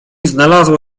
znalazło